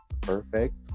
perfect